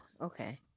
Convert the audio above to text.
okay